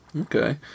Okay